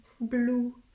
blue